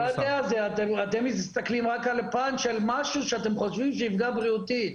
אתם מסתכלים רק על פן של משהו שאתם חושבים שיפגע בריאותית.